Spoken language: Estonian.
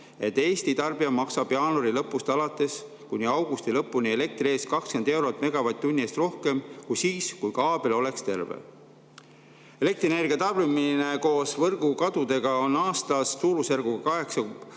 et Eesti tarbija maksab jaanuari lõpust alates kuni augusti lõpuni elektri eest 20 eurot megavatt-tunni eest rohkem kui siis, kui kaabel oleks terve. Elektrienergia tarbimine koos võrgukadudega on aastas suurusjärgus